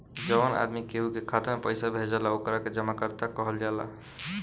जवन आदमी केहू के खाता में पइसा भेजेला ओकरा के जमाकर्ता कहल जाला